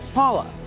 paula